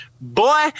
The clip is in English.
Boy